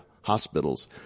hospitals